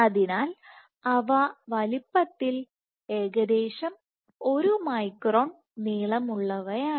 അതിനാൽ അവ വലിപ്പത്തിൽ ഏകദേശം ഒരു മൈക്രോൺ നീളമുള്ളവയാണ്